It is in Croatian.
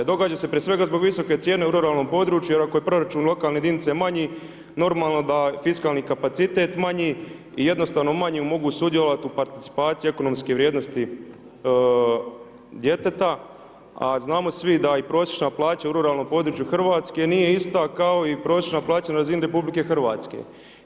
Događa se prije svega zbog visoke cijene u ruralnom području, jer ako je proračun lokalne jedinice manji, normalno da fiskalni kapacitet manji i jednostavno manje mogu sudjelovati u participaciji ekonomske vrijednosti djeteta, a znamo svi da i prosječna plaća u ruralnom području Hrvatske nije ista kao i prosječna plaća na razini Republike Hrvatske.